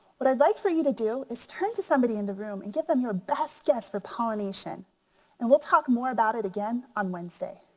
what i'd like for you to do is turn to somebody in the room and give them your best guess for pollination and we'll talk more about it again on wednesday.